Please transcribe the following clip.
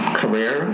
career